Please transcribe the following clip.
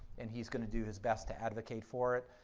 and he's going to do his best to advocate for it.